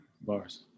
Bars